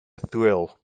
thrill